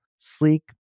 sleek